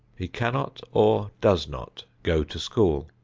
he cannot or does not go to school.